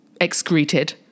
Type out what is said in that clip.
excreted